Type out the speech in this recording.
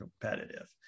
competitive